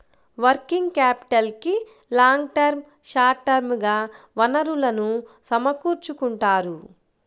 working క్యాపిటల్కి long term, short term గా వనరులను సమకూర్చుకుంటారు